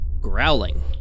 growling